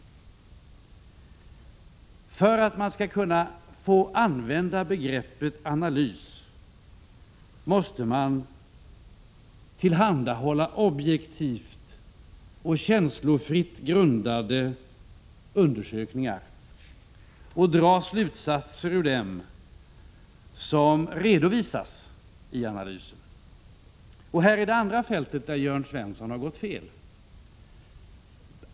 Ommordet på Olof För att man skall kunna få använda begreppet analys måste man Palme tillhandahålla objektivt och känslofritt grundade undersökningar och dra slutsatser ur dem som redovisas i analysen. Här är det andra fält där Jörn Svensson har gått fel.